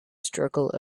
struggle